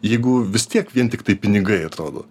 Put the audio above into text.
jeigu vis tiek vien tiktai pinigai atrodo